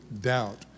doubt